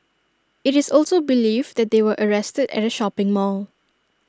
IT is also believed that they were arrested at A shopping mall